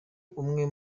umwe